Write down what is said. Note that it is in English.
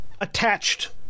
attached